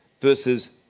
versus